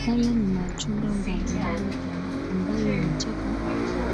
Haya ni matunda mbalimbali kadhaa ambayo imetoka